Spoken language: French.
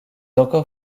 encore